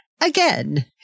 again